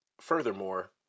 furthermore